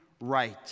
right